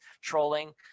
trolling